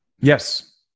Yes